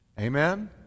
Amen